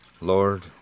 Lord